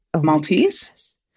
Maltese